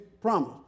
promise